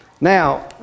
now